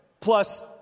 plus